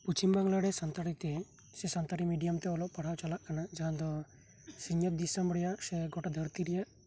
ᱯᱚᱪᱷᱤᱢ ᱵᱟᱝᱞᱟᱨᱮ ᱥᱟᱱᱛᱟᱲᱤ ᱛᱮ ᱥᱮ ᱥᱟᱱᱛᱟᱲᱤ ᱢᱤᱰᱤᱭᱟᱢ ᱛᱮ ᱚᱞᱚᱜ ᱯᱟᱲᱦᱟᱣ ᱪᱟᱞᱟᱜ ᱠᱟᱱᱟ ᱡᱟᱦᱟᱸ ᱫᱚ ᱥᱤᱧᱚᱛ ᱫᱤᱥᱚᱢ ᱨᱮᱭᱟᱜ ᱥᱮ ᱜᱚᱴᱟ ᱫᱷᱟᱨᱛᱤ ᱨᱮᱭᱟᱜ